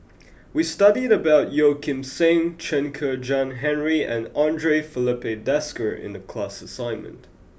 we studied about Yeo Kim Seng Chen Kezhan Henri and Andre Filipe Desker in the class assignment